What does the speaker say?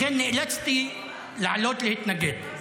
לכן נאלצתי לעלות להתנגד.